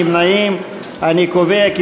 נא להצביע.